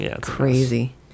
crazy